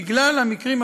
בגלל המקרים,